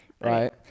Right